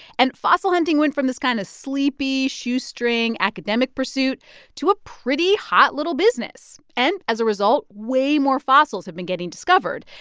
and fossil hunting went from this kind of sleepy, shoestring academic pursuit to a pretty hot little business. and as a result, way more fossils have been getting discovered.